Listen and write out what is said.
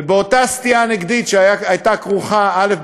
ובאותה סטייה נגדית, שהייתה כרוכה, א.